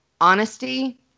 honesty